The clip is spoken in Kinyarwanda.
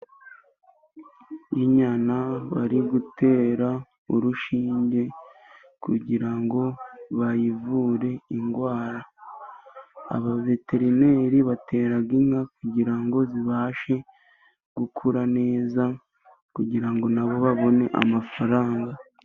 Injyana bari gutera urushinge kugira ngo bayivure indwara. Abaveterineri batera inka kugira ngo zibashe gukura neza, kugira ngo nabo babone amafaranga.